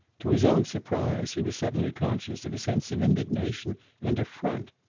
to his own surprise he was suddenly conscious of a sense of indignation and affront.